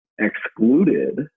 excluded